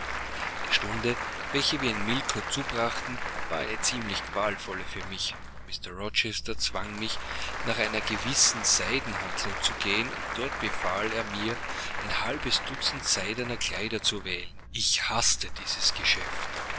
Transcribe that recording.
die stunde welche wir in millcote zubrachten war eine ziemlich qualvolle für mich mr rochester zwang mich nach einer gewissen seidenhandlung zu gehen und dort befahl er mir ein halbes dutzend seidener kleider zu wählen ich haßte dieses geschäft